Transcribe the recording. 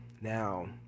Now